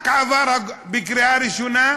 רק עבר בקריאה ראשונה,